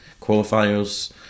qualifiers